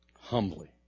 humbly